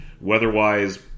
Weather-wise